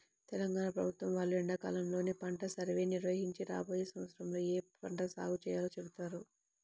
తెలంగాణ ప్రభుత్వం వాళ్ళు ఎండాకాలంలోనే పంట సర్వేని నిర్వహించి రాబోయే సంవత్సరంలో ఏ పంట సాగు చేయాలో చెబుతారు